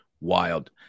wild